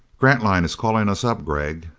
grantline is calling us up, gregg.